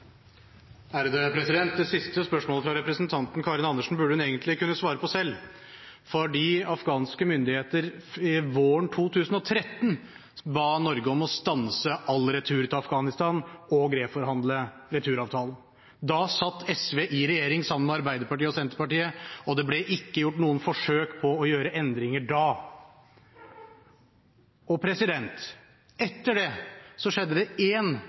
Det siste spørsmålet fra representanten Karin Andersen burde hun egentlig kunnet svare på selv, fordi afghanske myndigheter våren 2013 ba Norge om å stanse all retur til Afghanistan og reforhandle returavtalen. Da satt SV i regjering sammen med Arbeiderpartiet og Senterpartiet, og det ble ikke gjort noe forsøk på å gjøre endringer da. Og etter det skjedde det én endring, etter det jeg har funnet, og det var en